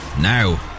now